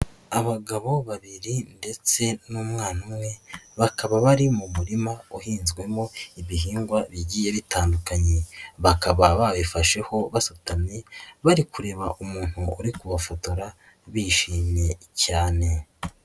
Abagabo babiri ndetse n'umwana umwe bakaba bari mu murima wahinzwemo ibihingwa bigiye bitandukanye, bakaba babifasheho basutamye bari kureba umuntu uri kubafotora bishimye cyane.